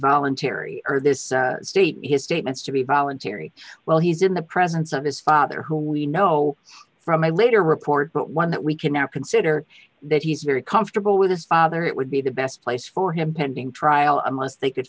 voluntary or this state his statements to be voluntary well he's in the presence of his father who we know from a later report but one that we can now consider that he's very comfortable with his father it would be the best place for him pending trial unless they could